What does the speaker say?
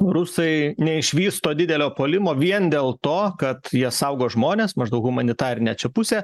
rusai neišvysto didelio puolimo vien dėl to kad jie saugo žmones maždaug humanitarinę čia pusę